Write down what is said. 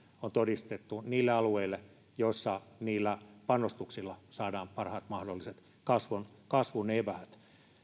on todistettu antaa niille alueille joilla niillä panostuksilla saadaan parhaat mahdolliset kasvun kasvun eväät